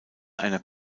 einer